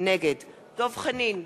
נגד דב חנין,